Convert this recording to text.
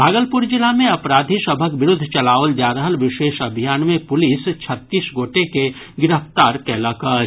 भागलपुर जिला मे अपराधी सभक विरूद्व चलाओल जा रहल विशेष अभियान मे पुलिस छत्तीस गोटे के गिरफ्तार कयलक अछि